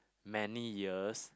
many years